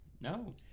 No